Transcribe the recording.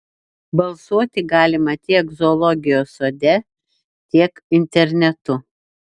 balsuoti galima tiek zoologijos sode tiek internetu